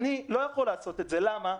אני לא יכול לעשות את זה, למה?